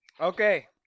Okay